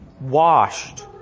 washed